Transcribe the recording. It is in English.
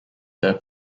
their